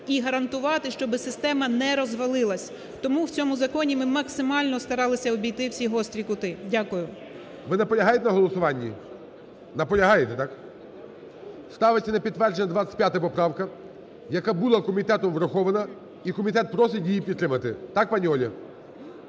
і гарантувати, щоб система не розвалилась. Тому в цьому законі ми максимально старалися обійти всі гострі кути. Дякую. ГОЛОВУЮЧИЙ. Ви наполягаєте на голосуванні? Наполягаєте, так. Ставиться на підтвердження 25 поправка, яка була комітетом врахована, і комітет просить її підтримати. Так, пані Олю?